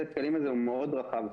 הסט כלים הזה הוא מאוד רחב,